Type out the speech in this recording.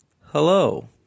hello